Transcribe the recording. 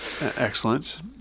excellent